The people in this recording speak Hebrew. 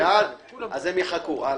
ההצעה אושרה.